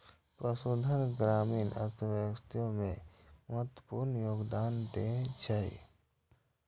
पशुधन ग्रामीण अर्थव्यवस्था मे महत्वपूर्ण योगदान दै छै